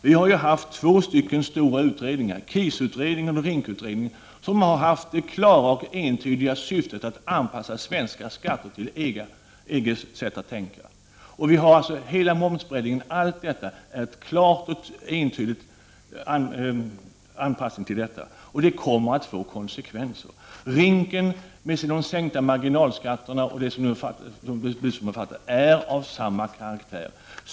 Vi har haft två stora utredningar, KIS och RINK, som har haft det klara och entydiga syftet att anpassa svenska skatter till EG:s sätt att tänka, och hela momsutredningen, allt detta är en klar och entydig anpassning till detta. Och det kommer att få konsekvenser. RINK med de sänkta marginalskatterna och de beslut som har fattats är av samma karaktär.